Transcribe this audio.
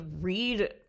read